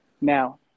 Now